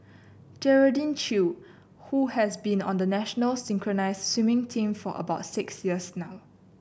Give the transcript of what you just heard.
Geraldine Chew who has been on the national synchronised swimming team for about six years now